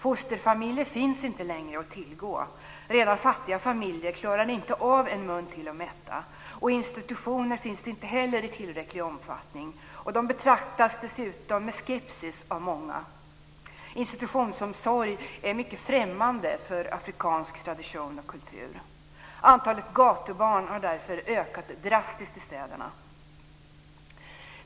Fosterfamiljer finns inte längre att tillgå. Redan fattiga familjer klarar inte av en mun till att mätta. Institutioner finns inte heller i tillräcklig omfattning. De betraktas dessutom med skepsis av många. Institutionsomsorg är mycket främmande för afrikansk tradition och kultur. Antalet gatubarn har därför ökat drastiskt i städerna.